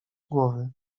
głowy